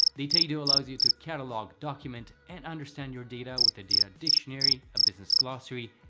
dataedo allows you to catalog, document and understand your data with a data dictionary, a business glossary,